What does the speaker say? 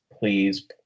Please